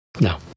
no